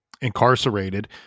incarcerated